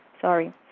sorry